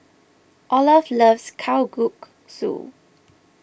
Olaf loves Kalguksu